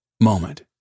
moment